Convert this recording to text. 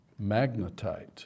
magnetite